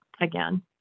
again